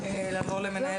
נעבור למאיר